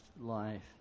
life